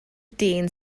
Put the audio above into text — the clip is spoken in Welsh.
dyn